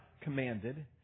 commanded